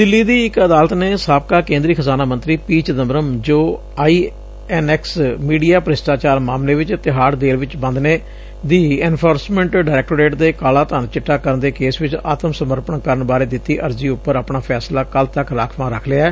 ਦਿੱਲੀ ਦੀ ਇਕ ਅਦਾਲਤ ਨੇ ਸਾਬਕਾ ਕੇਂਦਰੀ ਖਜ਼ਾਨਾ ਮੰਤਰੀ ਪੀ ਚਿਦੰਬਰਮ ਜੋ ਆਈ ਐਨ ਐਕਸ ਮੀਡੀਆ ਭ੍ਰਿਸ਼ਟਾਚਾਰ ਮਾਮਲੇ ਚ ਤਿਹਾਤ ਜੇਲ਼ ਚ ਬੰਦ ਨੇ ਦੀ ਐਨਫੋਰਸਮੈਟ ਡਾਇਰੈਕਟੋਰੇਟ ਦੇ ਕਾਲਾ ਧਾਨ ਚਿੱਟਾ ਕਰਨ ਦੇ ਕੇਸ ਚ ਆਤਮ ਸਮਰਪਣ ਕਰਨ ਬਾਰੇ ਦਿੱਤੀ ਅਰਜ਼ੀ ਉਪਰ ਆਪਣਾ ਫੈਸਲਾ ਕੱਲ ਤੱਕ ਰਾਖਵਾ ਲੱਖ ਲਿਐ